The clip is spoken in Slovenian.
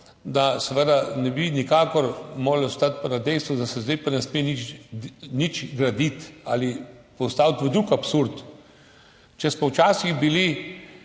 da seveda nikakor ne bi smeli ostati pri dejstvu, da se pa zdaj ne sme nič graditi ali postaviti v drug absurd. Če smo včasih bili